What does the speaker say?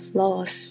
loss